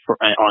on